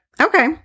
okay